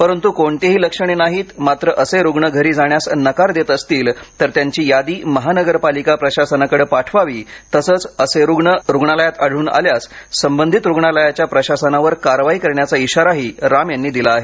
परंतू कोणतीही लक्षणे नाहीत मात्र असे रुग्ण घरी जाण्या स नकार देत असतील तर त्यां ची यादी महानगरपालिका प्रशासनाकडे पाठवावी तसंच असे रुग्ण रुग्णालयात आढळून आल्यास संबंधित रुग्णा लयाच्या प्रशासनावर कारवाई करण्याचा इशाराही राम यांनी दिला आहे